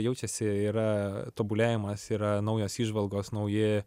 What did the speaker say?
jaučiasi yra tobulėjimas yra naujos įžvalgos nauji